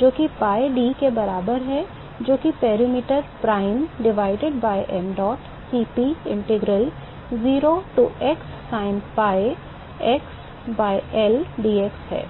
जो कि pi d के बराबर है जो कि perimeter prime divided by mdot Cp integral zero to x sin Pi x by L dx है